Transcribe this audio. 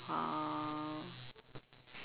oh